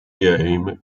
game